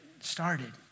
started